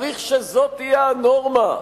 צריך שזו תהיה הנורמה,